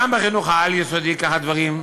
גם בחינוך העל-יסודי כך הדברים.